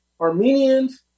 Armenians